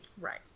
Right